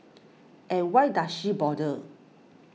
and why does she bother